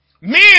Men